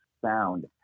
sound